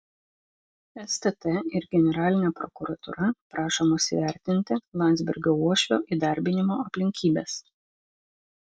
stt ir generalinė prokuratūra prašomos įvertinti landsbergio uošvio įdarbinimo aplinkybes